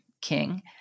king